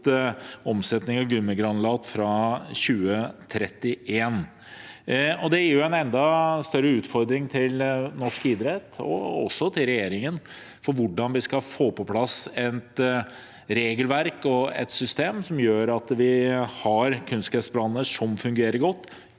omsetning av gummigranulat fra 2031. Det gir en enda større utfordring til norsk idrett og også til regjeringen med tanke på hvordan vi skal få på plass et regelverk og et system som gjør at vi har kunstgressbaner som fungerer godt,